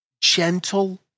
gentle